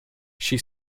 she